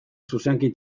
zuzenki